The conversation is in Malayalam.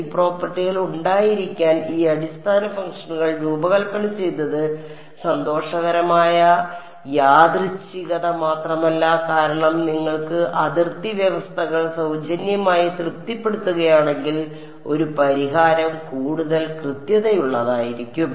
ഈ പ്രോപ്പർട്ടികൾ ഉണ്ടായിരിക്കാൻ ഈ അടിസ്ഥാന ഫംഗ്ഷനുകൾ രൂപകൽപ്പന ചെയ്തത് സന്തോഷകരമായ യാദൃശ്ചികത മാത്രമല്ല കാരണം നിങ്ങൾക്ക് അതിർത്തി വ്യവസ്ഥകൾ സൌജന്യമായി തൃപ്തിപ്പെടുത്തുകയാണെങ്കിൽ ഒരു പരിഹാരം കൂടുതൽ കൃത്യതയുള്ളതായിരിക്കും